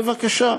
בבקשה.